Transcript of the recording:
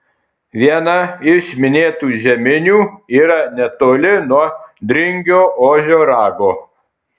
viena iš minėtų žeminių yra netoli nuo dringio ožio rago